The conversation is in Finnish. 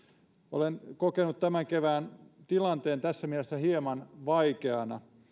olen kokenut tämän kevään tilanteen tässä mielessä hieman vaikeana